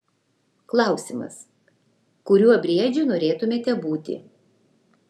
klausimas kuriuo briedžiu norėtumėte būti